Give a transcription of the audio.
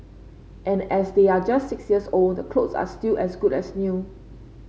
and as they're just six years old the clothes are still as good as new